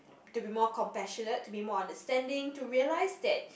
to be more compassionate to be more understanding to realise that